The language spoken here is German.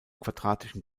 quadratischen